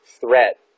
threat